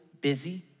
busy